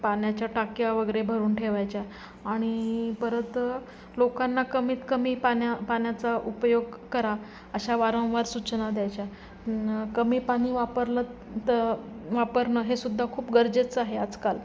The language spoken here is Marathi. पाण्याच्या टाक्या वगैरे भरून ठेवायच्या आणि परत लोकांना कमीत कमी पाण्या पाण्याचा उपयोग करा अशा वारंवार सूचना द्यायच्या कमी पाणी वापरलं तर वापरणं हे सुद्धा खूप गरजेचं आहे आजकाल